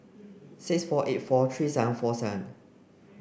six four eight four three seven four seven